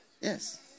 Yes